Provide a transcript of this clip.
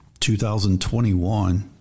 2021